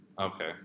Okay